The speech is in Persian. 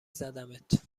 زدمت